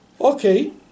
Okay